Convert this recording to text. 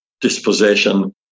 dispossession